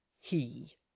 he